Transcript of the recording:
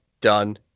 done